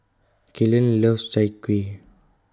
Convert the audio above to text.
Kaylan loves Chai Kuih